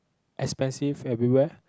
expensive everywhere